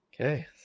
Okay